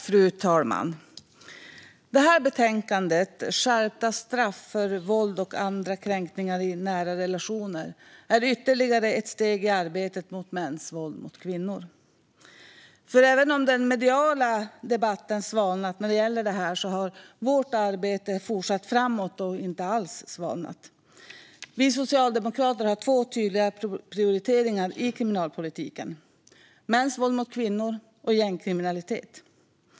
Fru talman! Detta betänkande, Skärpta straff för våld och kränkningar i nära relationer , är ytterligare ett steg i arbetet mot mäns våld mot kvinnor. Även om den mediala debatten när det gäller detta har svalnat har vårt arbete fortsatt framåt och inte alls svalnat. Vi socialdemokrater har två tydliga prioriteringar i kriminalpolitiken: mäns våld mot kvinnor och gängkriminalitet.